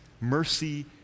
mercy